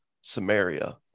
Samaria